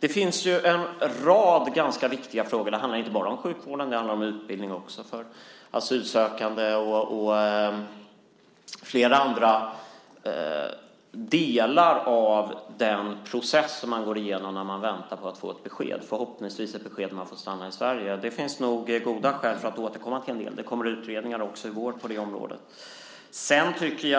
Det finns en rad ganska viktiga frågor. Det handlar inte bara om sjukvård utan också om utbildning för asylsökande och om andra delar i den process som man går igenom när man väntar på besked om att förhoppningsvis få stanna i Sverige. Det finns goda skäl att återkomma till en del av dessa frågor. Det kommer även utredningar på området i vår.